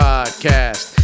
Podcast